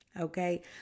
Okay